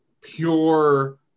pure